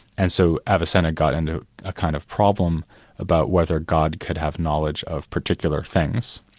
and so, avicenna got into a kind of problem about whether god could have knowledge of particular things.